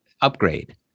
upgrade